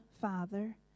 Father